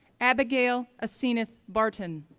abigail asenath barton,